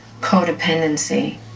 codependency